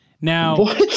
Now